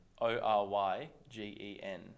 O-R-Y-G-E-N